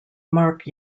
mark